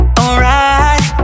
alright